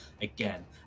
again